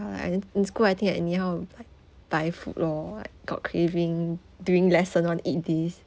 and in school I think anyhow buy food lor got craving during lesson want to eat this